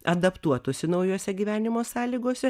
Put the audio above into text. adaptuotųsi naujose gyvenimo sąlygose